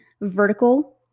vertical